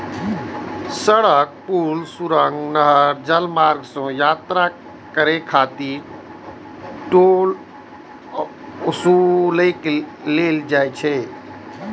सड़क, पुल, सुरंग, नहर, जलमार्ग सं यात्रा करै खातिर टोल ओसूलल जाइ छै